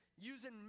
using